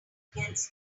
against